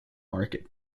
market